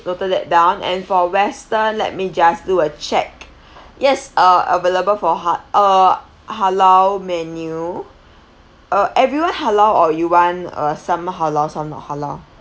noted that down and for western let me just do a check yes uh available for hal~ uh halal menu uh everyone halal or you want uh some halal some not halal